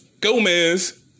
Gomez